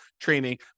training